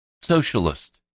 Socialist